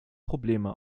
probleme